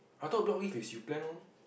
I thought block leave is you plan one